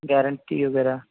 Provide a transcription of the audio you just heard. guarantee وغیرہ